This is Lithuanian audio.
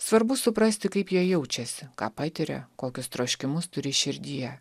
svarbu suprasti kaip jie jaučiasi ką patiria kokius troškimus turi širdyje